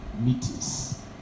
meetings